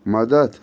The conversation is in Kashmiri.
مَدد